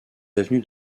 avenues